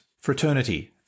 fraternity